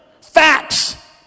facts